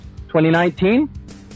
2019